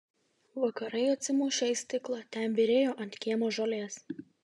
vakarai atsimušę į stiklą ten byrėjo ant kiemo žolės